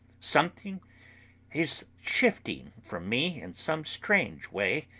something is shifting from me in some strange way,